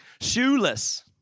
Shoeless